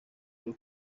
rwo